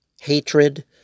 hatred